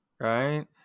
Right